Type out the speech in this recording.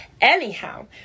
Anyhow